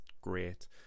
great